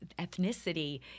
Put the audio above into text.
ethnicity